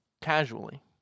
casually